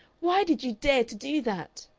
why did you dare to do that?